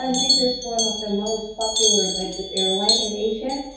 um this is one of the most popular budget airline in asia.